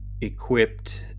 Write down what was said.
Equipped